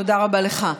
תודה רבה לך.